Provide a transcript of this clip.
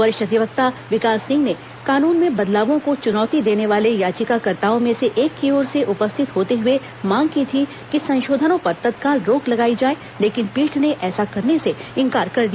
वरिष्ठ अधिवक्ता विकास सिंह ने कानून में बदलावों को चुनौती देने वाले याचिकाकर्ताओं में से एक की ओर से उपस्थित होते हुए मांग की थी कि संशोधनों पर तत्काल रोक लगाई जाए लेकिन पीठ ने ऐसा करने से इनकार कर दिया